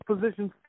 positions